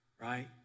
right